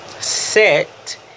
set